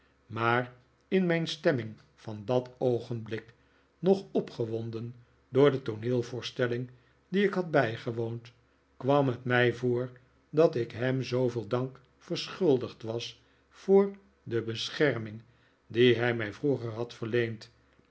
maar in mijn stemming van dat oogenblik nog opgewonden door de tooneelvoorstelling die ik had bijgewoond kwam het mij voor dat ik hem zooveel dank verschuldigd was voor de bescherming die hij mij vroeger had verleend